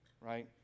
right